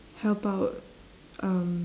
help out um